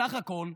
בסך הכול,